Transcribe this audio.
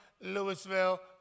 Louisville